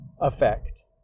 effect